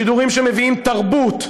שידורים שמביאים תרבות,